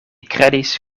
kredis